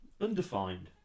Undefined